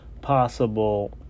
possible